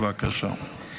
בבקשה.